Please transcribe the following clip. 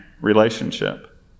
relationship